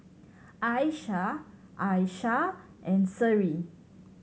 Aisyah Aishah and Seri